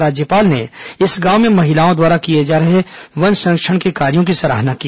राज्यपाल ने इस गांव में महिलाओं द्वारा किए जा रहे वन संरक्षण के कार्यो की सराहना की